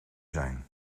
zijn